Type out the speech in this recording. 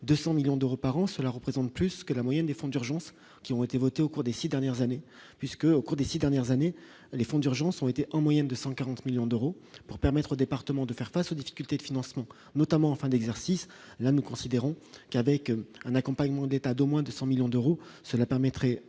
200 millions d'euros par an, cela représente plus que la moyenne des fonds d'urgence qui ont été votées au cours des 6 dernières années puisque, au cours des 6 dernières années, les fonds d'urgence ont été en moyenne de 140 millions d'euros pour permettre aux départements de faire face aux difficultés de financement, notamment en fin d'exercice, là, nous considérons qu'avec un accompagnement des tas d'au moins 200 millions d'euros, cela permettrait